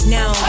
Now